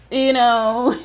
you know,